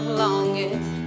longing